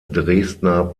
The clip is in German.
dresdner